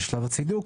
שלב הצידוק,